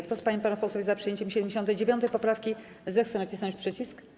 Kto z pań i panów posłów jest za przyjęciem 79. poprawki, zechce nacisnąć przycisk.